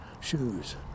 Shoes